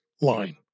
line